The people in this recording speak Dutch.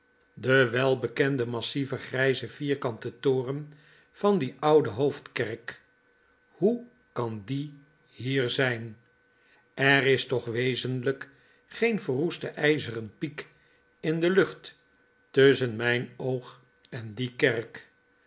de welbekende massieve grijze vierkante toren van die oude hoofdkerk hoe kan die hier zjn er is toch wezenlijk geen verroeste jjzeren piek in de lucht tusschen myn oog en die kerk